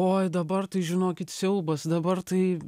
oi dabar tai žinokit siaubas dabar tai